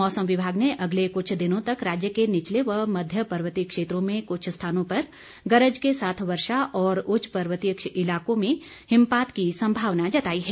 मौसम विभाग ने अगले कुछ दिनों तक राज्य के निचले व मध्य पर्वतीय क्षेत्रों में कुछ स्थानों पर गरज के साथ वर्षा और उच्च पर्वतीय इलाकों में हिमपात की संभावना जताई है